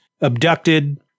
abducted